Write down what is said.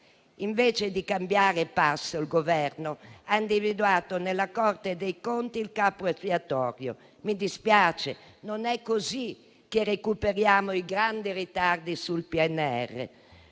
Invece di cambiare passo, il Governo ha individuato nella Corte dei conti il capro espiatorio. Mi dispiace, ma non è così che recuperiamo il grande ritardo sul PNRR.